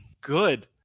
good